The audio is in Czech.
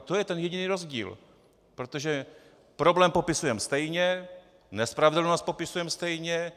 To je ten jediný rozdíl, protože problém popisujeme stejně, nespravedlnost popisujeme stejně.